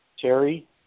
Terry